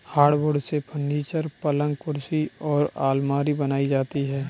hardwood से furniture, पलंग कुर्सी और आलमारी बनाई जाती है